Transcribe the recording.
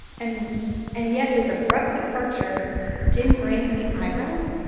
and and yet, his abrupt departure didn't raise any eyebrows?